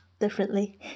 differently